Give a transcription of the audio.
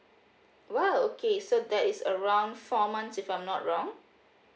!wow! okay so that is around four months if I'm not wrong